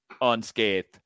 unscathed